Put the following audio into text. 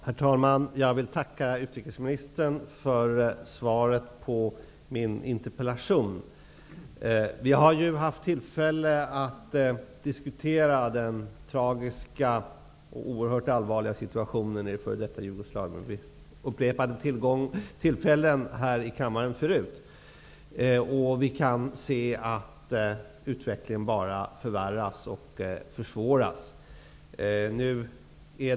Herr talman! Jag vill tacka utrikesministern för svaret på min interpellation. Vi har haft tillfälle att diskutera den tragiska och oerhört allvarliga situationen i f.d. Jugoslavien vid upprepade tillfällen här i kammaren förut. Vi kan se att utvecklingen bara förvärras och försvåras.